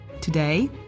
Today